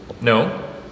No